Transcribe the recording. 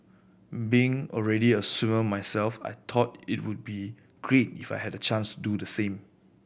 being already a swimmer myself I thought it would be great if I had the chance to do the same